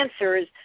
answers